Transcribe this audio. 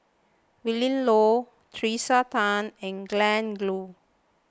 Willin Low Tracey Tan and Glen Goei